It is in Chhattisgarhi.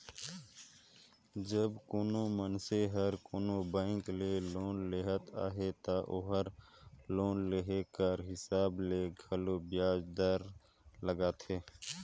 जब कोनो मइनसे हर कोनो बेंक ले लोन लेहत अहे ता ओकर लोन लेहे कर हिसाब ले घलो बियाज दर लगथे